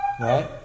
Right